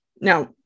Now